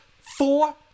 four